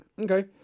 Okay